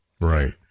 Right